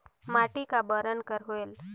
माटी का बरन कर होयल?